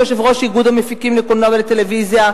שהוא יושב-ראש איגוד המפיקים לקולנוע ולטלוויזיה?